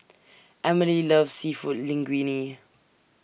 Amelie loves Seafood Linguine